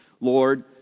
Lord